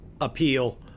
appeal